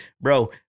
bro